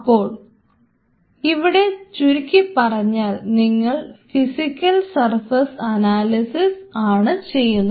അപ്പോൾ ഇവിടെ ചുരുക്കി പറഞ്ഞാൽ നിങ്ങൾ ഫിസിക്കൽ സർഫസ് അനാലിസിസ് ആണ് ചെയ്യുന്നത്